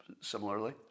similarly